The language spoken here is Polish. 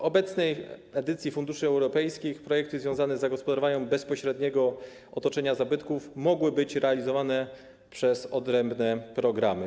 W obecnej edycji funduszy europejskich projekty związane z zagospodarowaniem bezpośredniego otoczenia zabytków mogły być realizowane przez odrębne programy.